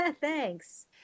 Thanks